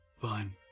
Fine